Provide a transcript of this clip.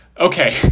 Okay